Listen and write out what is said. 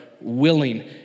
willing